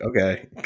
Okay